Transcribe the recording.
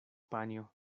panjo